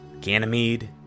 Ganymede